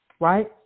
right